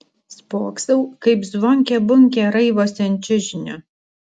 spoksau kaip zvonkė bunkė raivosi ant čiužinio